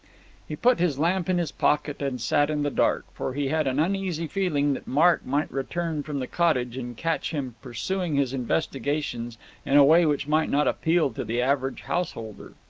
he put his lamp in his pocket and sat in the dark, for he had an uneasy feeling that mark might return from the cottage and catch him pursuing his investigations in a way which might not appeal to the average householder.